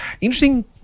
Interesting